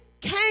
came